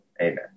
Amen